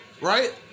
right